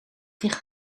dicht